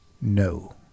No